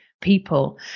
people